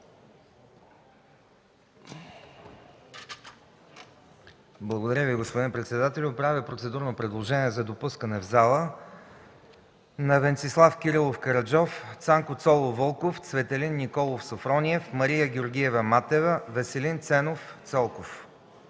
Благодаря Ви, господин председателю. Правя процедурно предложение за допускане в залата на Венцислав Кирилов Караджов, Цанко Цолов Вълков, Цветелин Николов Софрониев, Мария Георгиева Матева и Веселин Ценов Целков.